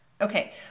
Okay